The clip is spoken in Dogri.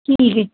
ठीक ऐ